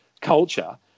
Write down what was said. culture